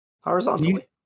horizontally